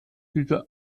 diese